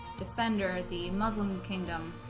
defender the muslim kingdom